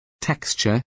texture